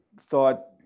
thought